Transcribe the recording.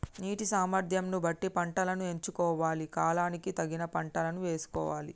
నీటి సామర్థ్యం ను బట్టి పంటలను ఎంచుకోవాలి, కాలానికి తగిన పంటలను యేసుకోవాలె